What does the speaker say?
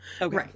Okay